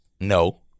No